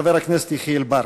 חבר הכנסת יחיאל בר.